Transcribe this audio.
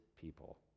people